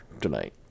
tonight